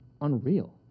unreal